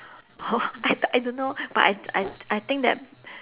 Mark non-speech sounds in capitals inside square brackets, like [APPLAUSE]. oh [BREATH] I th~ I don't know but I I I think that